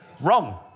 Wrong